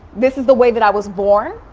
this is the way that i was born,